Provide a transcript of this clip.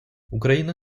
україна